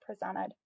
presented